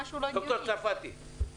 למה לא תשאירו את זה על אותו סכום שהיה,